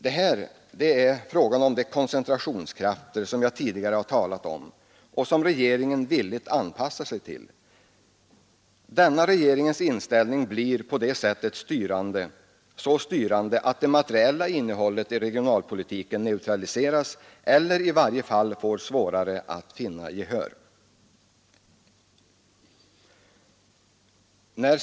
Det är här fråga om de koncentrationskrafter jag tidigare har talat om och som regeringen villigt anpassar sig till. Denna regeringens inställning blir på det sättet så styrande att det materiella innehållet i regionalpolitiken neutraliseras eller i varje fall får svårare att vinna gensvar. När .